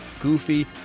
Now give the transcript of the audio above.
goofy